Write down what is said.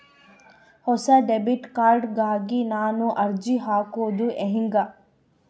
ಹೊಸ debit card ಗಾಗಿ ನಾನು ಅರ್ಜಿ ಹಾಕೊದು ಹೆಂಗ?